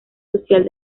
social